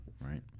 right